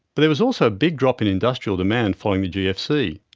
but was also a big drop in industrial demand following the gfc.